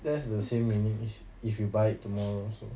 that's the same meaning is if you buy it tomorrow also